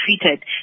treated